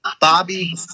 Bobby